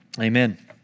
Amen